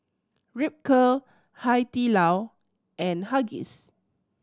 Ripcurl Hai Di Lao and Huggies